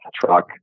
truck